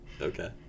okay